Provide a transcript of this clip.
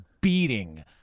beating